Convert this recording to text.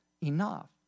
enough